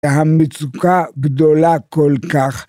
המצוקה גדולה כל כך.